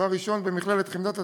לתואר ראשון במכללת "חמדת הדרום",